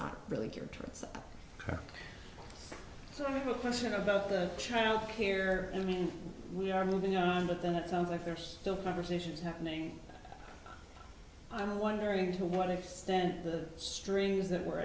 so i have a question about the child here i mean we are moving on but then it sounds like there's still conversations happening i'm wondering to what extent the strings that were